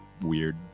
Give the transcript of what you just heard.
weird